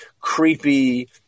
creepy